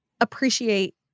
appreciate